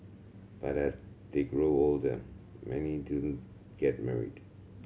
but as they grow older many do get married